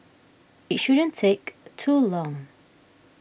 it shouldn't take too long